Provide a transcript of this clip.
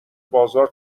بازار